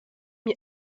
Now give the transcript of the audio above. mis